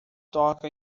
toca